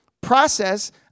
process